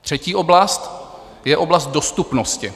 Třetí oblast je oblast dostupnosti.